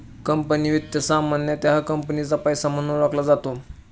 company वित्त सामान्यतः कंपनीचा पैसा म्हणून ओळखला जातो